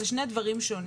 אלה שני דברים שונים.